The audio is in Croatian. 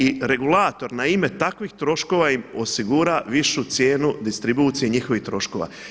I regulator na ime takvih troškova im osigura višu cijenu distribucije njihovih troškova.